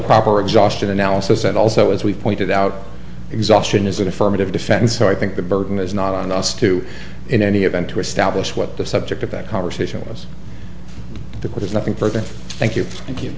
proper exhaustive analysis and also as we pointed out exhaustion is an affirmative defense so i think the burden is not on us to in any event to establish what the subject of that conversation was the cause it's nothing further thank you thank you